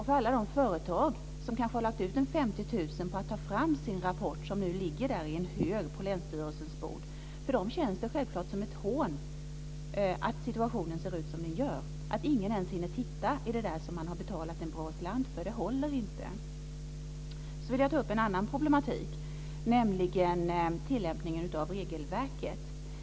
För alla de företag som har lagt ut kanske 50 000 kr på att ta fram en rapport som nu ligger i en hög på länsstyrelsens bord känns det självklart som ett hån att situationen ser ut som den gör, att ingen ens hinner titta i det som man har betalat en bra slant för. Det håller inte. Sedan vill jag ta upp en annan problematik, nämligen tillämpningen av regelverket.